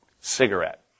cigarette